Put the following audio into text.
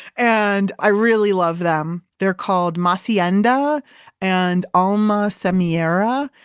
and i really love them they're called masienda and almasemiera.